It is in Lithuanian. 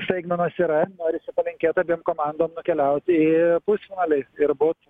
staigmenos yra norisi palinkėt abiem komandom nukeliaut į pusfinalį ir būt